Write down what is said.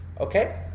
Okay